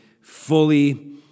fully